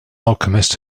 alchemist